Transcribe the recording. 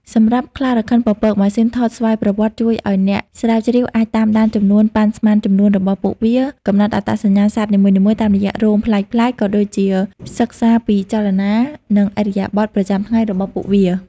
សម្រាប់ខ្លារខិនពពក ម៉ាស៊ីនថតស្វ័យប្រវត្តិជួយឲ្យអ្នកស្រាវជ្រាវអាច តាមដានចំនួន ប៉ាន់ស្មានចំនួនរបស់ពួកវា កំណត់អត្តសញ្ញាណសត្វនីមួយៗតាមរយៈរោមប្លែកៗ ក៏ដូចជាសិក្សាពី ចលនា និងឥរិយាបថ ប្រចាំថ្ងៃរបស់ពួកវា។